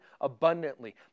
abundantly